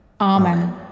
Amen